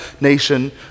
nation